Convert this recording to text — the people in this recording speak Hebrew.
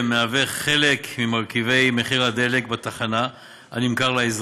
מהווה חלק ממרכיבי מחיר הדלק בתחנה הנמכר לאזרח,